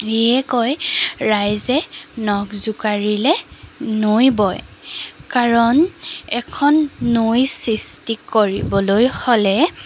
সেয়ে কয় ৰাইজে নখ জোকাৰিলে নৈ বয় কাৰণ এখন নৈ সৃষ্টি কৰিবলৈ হ'লে